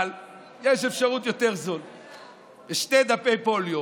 אבל יש אפשרות זולה יותר: על שני דפי פוליו